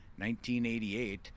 1988